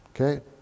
Okay